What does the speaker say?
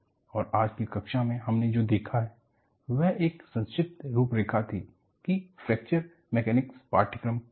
और आज की कक्षा में हमने जो देखा है वह एक संक्षिप्त रूपरेखा थी कि फ्रैक्चर मैकेनिक्स पाठ्यक्रम क्या है